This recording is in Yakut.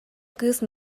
кыыс